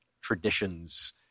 Traditions